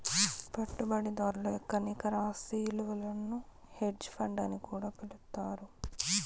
పెట్టుబడిదారుల యొక్క నికర ఆస్తి ఇలువను హెడ్జ్ ఫండ్ అని కూడా పిలుత్తారు